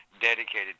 dedicated